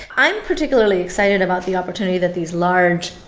i'm particularly excited about the opportunity that these large,